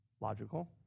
logical